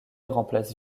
remplace